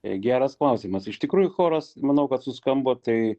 geras klausimas iš tikrųjų choras manau kad suskambo tai